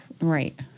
Right